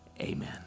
Amen